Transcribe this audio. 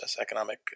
economic